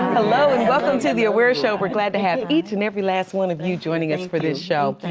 hello and welcome to the aware show. we're glad to have each and every last one of you joining us for this show.